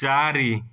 ଚାରି